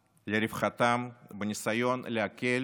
לרווחתם, בניסיון להקל